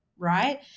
Right